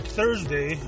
Thursday